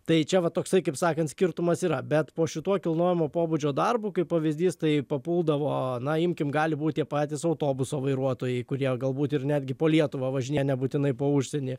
tai čia va toksai kaip sakant skirtumas yra bet po šituo kilnojamo pobūdžio darbu kaip pavyzdys tai papuldavo na imkim gali būt tie patys autobuso vairuotojai kurie galbūt ir netgi po lietuvą važinėja nebūtinai po užsienį